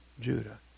Judah